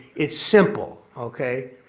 it's simple, okay?